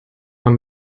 man